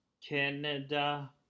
Canada